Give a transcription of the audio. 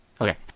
okay